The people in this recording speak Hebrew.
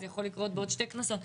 זה יכול לקרות בעוד שתי כנסות.